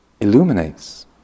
illuminates